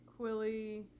Quilly